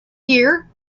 year